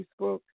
Facebook